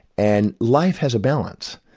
and life has a balance,